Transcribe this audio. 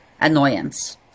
annoyance